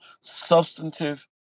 substantive